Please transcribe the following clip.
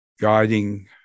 guiding